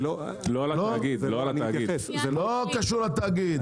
לא קשור לתאגיד.